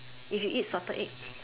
if you eat Salted Egg